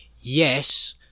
yes